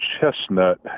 chestnut